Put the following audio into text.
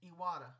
Iwata